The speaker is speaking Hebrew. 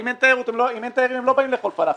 אם אין תיירים, הם לא באים לאכול פלאפל.